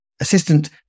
assistant